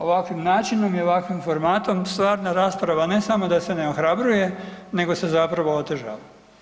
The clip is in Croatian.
Ovakvim načinom i ovakvim formatom stvarna rasprava ne samo da se ne ohrabruje nego se zapravo otežava.